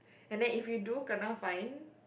and then if you do kena fine